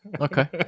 okay